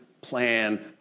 plan